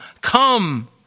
come